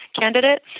candidate